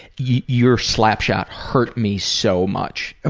your slap shot hurt me so much.